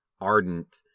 ardent